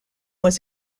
was